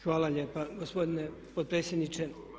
Hvala lijepa gospodine potpredsjedniče.